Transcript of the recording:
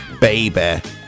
Baby